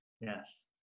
Yes